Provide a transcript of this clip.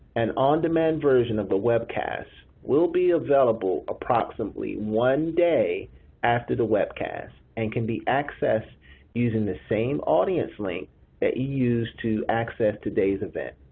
an on-demand version of the webcast will be available approximately one day after the webcast and can be accessed using the same audience link that you used to access today's event.